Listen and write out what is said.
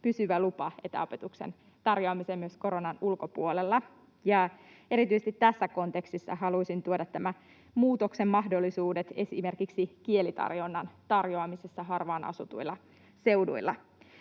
pysyvä lupa etäopetuksen tarjoamiseen myös koronan ulkopuolella. Ja erityisesti tässä kontekstissa halusin tuoda tämän muutoksen mahdollisuudet esimerkiksi kielitarjonnan lisäämiseen harvaan asutuilla seuduilla.